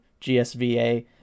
GSVA